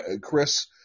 Chris